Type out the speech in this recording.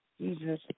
Jesus